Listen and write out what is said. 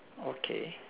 okay